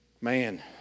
Man